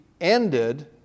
ended